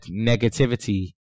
negativity